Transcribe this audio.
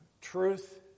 truth